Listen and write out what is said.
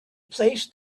placed